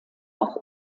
auch